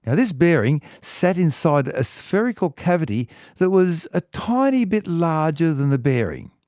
and this bearing sat inside a spherical cavity that was a tiny bit larger than the bearing.